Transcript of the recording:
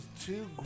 two